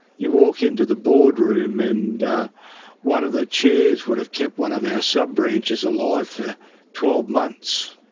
you walk into the boardroom and one of the chairs would have kept one of our sub branches alive for twelve months.